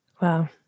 Wow